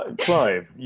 Clive